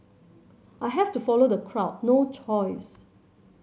I have to follow the crowd no choice